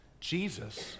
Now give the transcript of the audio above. Jesus